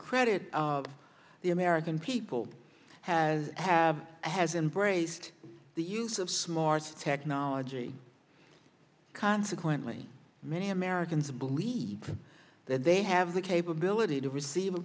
credit of the american people has have has embraced the use of smart technology consequently many americans believe that they have the capability to receive a